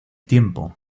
tiempo